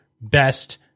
best